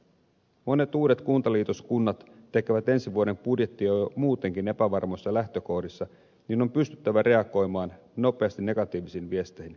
monet uudet kuntaliitoskunnat tekevät ensi vuoden budjettia jo muutenkin epävarmoissa lähtökohdissa niin että on pystyttävä reagoimaan nopeasti negatiivisiin viesteihin